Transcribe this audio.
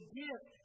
gift